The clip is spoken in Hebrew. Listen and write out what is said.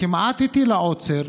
כמעט הטילה עוצר.